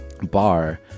bar